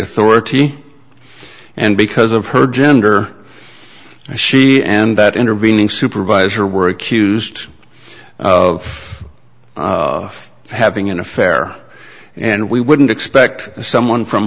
authority and because of her gender she and that intervening supervisor were accused of having an affair and we wouldn't expect someone from